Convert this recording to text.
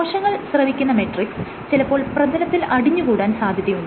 കോശങ്ങൾ സ്രവിക്കുന്ന മെട്രിക്സ് ചിലപ്പോൾ പ്രതലത്തിൽ അടിഞ്ഞു കൂടാൻ സാധ്യതയുണ്ട്